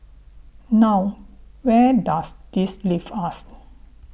now where does this leave us